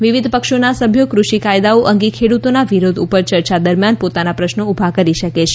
વિવિધ પક્ષોના સભ્યો કૃષિ કાયદાઓ અંગે ખેડૂતોના વિરોધ ઉપર ચર્ચા દરમિયાન પોતાના પ્રશ્નો ઉભા કરી શકે છે